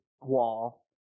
wall